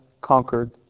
conquered